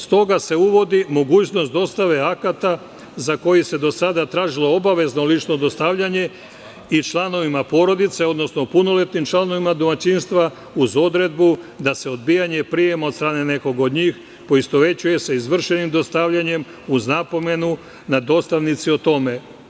S toga se uvodi mogućnost dostave akata, za koji se do sada tražilo obavezno lično dostavljanje i članovima porodice, odnosno punoletnim članovima domaćinstva, uz odredbu da se odbijanje prijema od strane njih, poistovećuje sa izvršenim dostavljanjem, uz napomenu na dostavnici o tome.